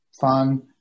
fun